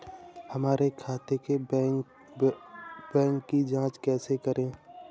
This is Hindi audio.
हमारे खाते के बैंक की जाँच कैसे करें?